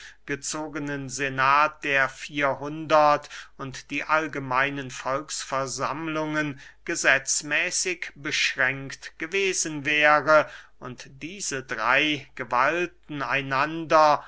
gezogenen senat der vierhundert und die allgemeinen volksversammlungen gesetzmäßig beschränkt gewesen wäre und diese drey gewalten einander